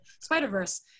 spider-verse